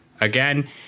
again